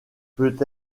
peut